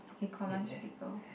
he commands people